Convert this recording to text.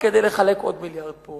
כדי לחלק עוד מיליארד פה